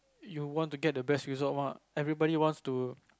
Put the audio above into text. you want to get the best result what everybody wants to